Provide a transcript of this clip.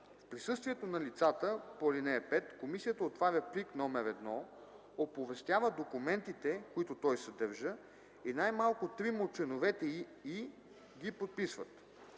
В присъствието на лицата по ал. 5 комисията отваря плик № 1, оповестява документите, които той съдържа, и най-малко трима от членовете й ги подписват.